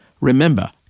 Remember